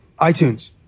itunes